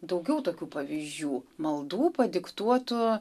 daugiau tokių pavyzdžių maldų padiktuotų